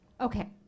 Okay